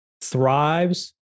thrives